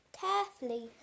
Carefully